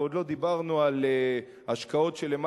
ועוד לא דיברנו על השקעות של יותר